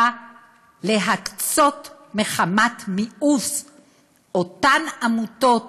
בא להקצות מחמת מיאוס את אותן עמותות